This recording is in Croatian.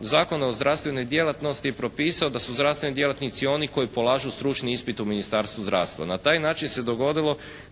Zakon o zdravstvenoj djelatnosti je propisao da su zdravstveni djelatnici oni koji polažu stručni ispit u Ministarstvu zdravstva.